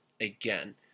again